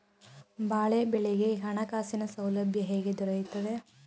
ಬಾಳೆ ಬೆಳೆಗೆ ಹಣಕಾಸಿನ ಸೌಲಭ್ಯ ಹೇಗೆ ದೊರೆಯುತ್ತದೆ?